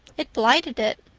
it blighted it.